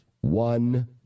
one